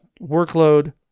workload